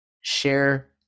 share